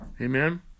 Amen